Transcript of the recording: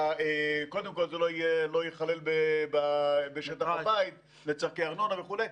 קודם כול זה לא ייכלל בשטח הבית לצרכי ארנונה וכו'.